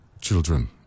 children